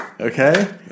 Okay